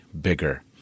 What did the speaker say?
bigger